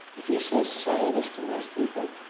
if you say scientist to most people,